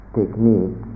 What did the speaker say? technique